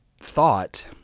thought